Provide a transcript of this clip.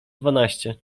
dwanaście